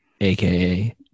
aka